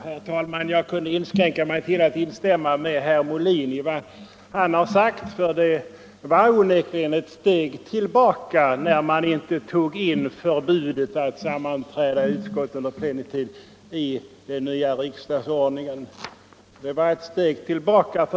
Herr talman! Jag kunde inskränka mig till att instämma i vad herr Molin har sagt. Det var onekligen ett steg tillbaka när man inte i den nya riksdagsordningen tog in förbudet mot att sammanträda i utskott under plenitid.